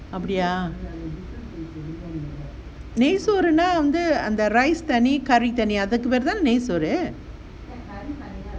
நெயசோருணா:nei sorunaa rice தனி:thani curry தனி அது தான நெய்சோறு:thani athuthaana neisoaru